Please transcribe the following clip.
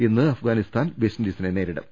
ഇന്ന് അഫ്ഗാനിസ്ഥാൻ വെസ്റ്റിൻഡീസിനെ നേരിടും